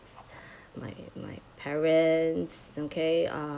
my my parents okay uh